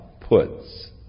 puts